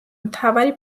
მთავარი